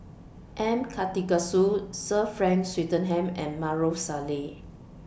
M Karthigesu Sir Frank Swettenham and Maarof Salleh